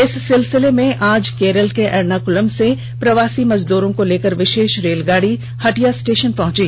इस सिलसिले में आज केरल के एर्नाकुलम से प्रवासी मजदूरों को लेकर विषेष रेलगाड़ी हटिया स्टेषन पहुंची